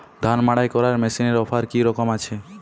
ধান মাড়াই করার মেশিনের অফার কী রকম আছে?